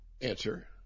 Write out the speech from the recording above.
answer